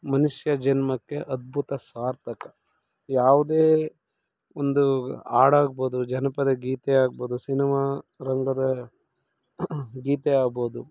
ಮನುಷ್ಯ ಜನ್ಮಕ್ಕೆ ಅದ್ಭುತ ಸಾರ್ಥಕ ಯಾವುದೇ ಒಂದು ಹಾಡಾಗ್ಬೋದು ಜನಪದ ಗೀತೆ ಆಗ್ಬೋದು ಸಿನಿಮಾ ರಂಗದ ಗೀತೆ ಆಗ್ಬೋದು